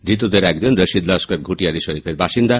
ধৃতদের একজন রশিদ নস্কর ঘুটিয়ারী শরীফের বাসিন্দা